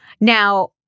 Now